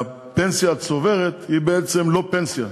והפנסיה הצוברת היא בעצם לא פנסיה.